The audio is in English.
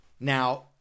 Now